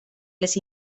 les